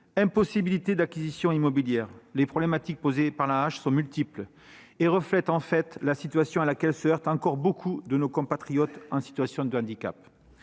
impossibilité d'acquisitions immobilières : les problématiques posées par l'AAH sont multiples et reflètent la situation à laquelle se heurtent encore nombre de nos compatriotes en situation de handicap.